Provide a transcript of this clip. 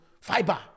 Fiber